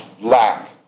lack